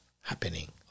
happening